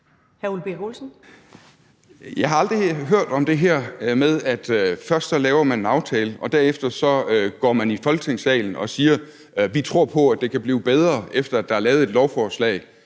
Jeg har aldrig hørt om det her med, at først laver man en aftale og derefter går man i Folketingssalen og siger: Vi tror på, at det kan blive bedre, efter at der er lavet et lovforslag,